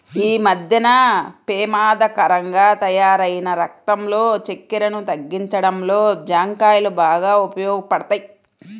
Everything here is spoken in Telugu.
యీ మద్దెన పెమాదకరంగా తయ్యారైన రక్తంలో చక్కెరను తగ్గించడంలో జాంకాయలు బాగా ఉపయోగపడతయ్